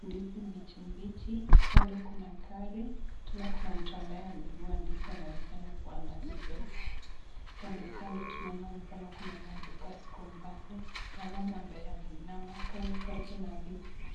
ndizi mbichimbichi, kando kuna gari, tena kuna mtu ambaye ameinua ndizi ameonekana kuwa amezibeba, kandokando tunaona ni kama kuna maduka ziko mbali, kuna mama amabaye ameinama kando karibu na ndizi.